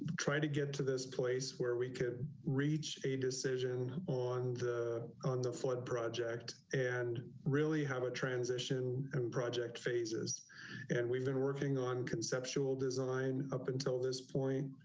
try to get to this place where we could reach a decision on the on the flood project and really have a transition and project phases and we've been working on conceptual design, up until this point,